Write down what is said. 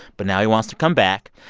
but now he wants to come back.